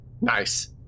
Nice